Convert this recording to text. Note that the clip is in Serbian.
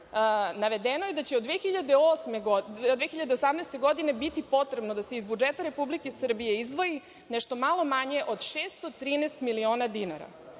navedeno je da će 2018. godine biti potrebno da se iz budžeta Republike Srbije izdvoji nešto malo manje od 613 miliona dinara. Pitam